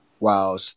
wow